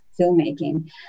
filmmaking